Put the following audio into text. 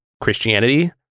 Christianity